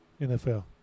NFL